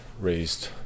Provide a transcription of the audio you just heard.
raised